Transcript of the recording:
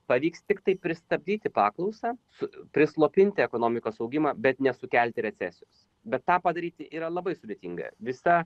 pavyks tiktai pristabdyti paklausą su prislopinti ekonomikos augimą bet nesukelti recesijos bet tą padaryti yra labai sudėtinga visa